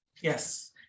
yes